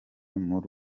muri